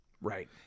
Right